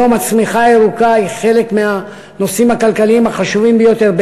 היום הצמיחה הירוקה היא חלק מהנושאים הכלכליים החשובים ביותר.